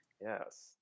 Yes